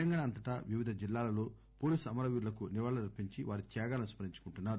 తెలంగాణా అంతటా వివిధ జిల్లాలలో పోలీసుఅమర వీరులకు నివాళులర్పించి వారి త్యాగాలను స్మరించుకుంటున్నారు